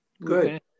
Good